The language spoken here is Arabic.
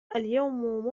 اليوم